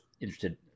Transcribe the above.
interested